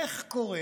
איך קורה